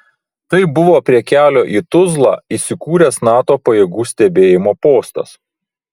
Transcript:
tai buvo prie kelio į tuzlą įsikūręs nato pajėgų stebėjimo postas